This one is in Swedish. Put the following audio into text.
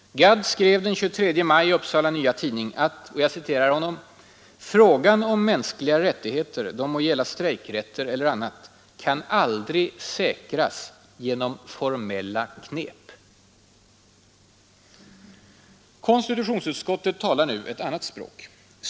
Gadd skrev den 23 maj i Upsala Nya Tidning att ”frågan om mänskliga rättigheter — de må gälla strejkrätter eller annat — kan aldrig säkras genom formella knep”. Konstitutionsutskottet talar nu ett annat språk.